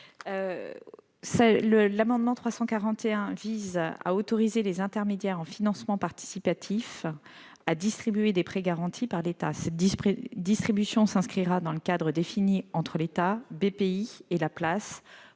amendement vise à autoriser les intermédiaires en financement participatif (IFP) à distribuer des prêts garantis par l'État. Cette distribution s'inscrira dans le cadre défini entre l'État, BPI et la place,